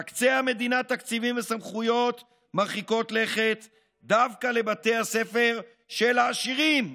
תקצה המדינה תקציבים וסמכויות מרחיקות לכת דווקא לבתי הספר של העשירים.